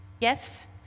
Yes